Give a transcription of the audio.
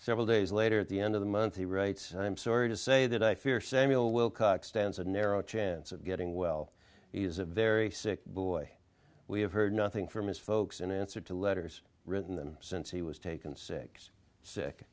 several days later at the end of the month he writes i'm sorry to say that i fear samuel wilcox stands a narrow chance of getting well he is a very sick boy we have heard nothing from his folks in answer to letters written them since he was taken sick sick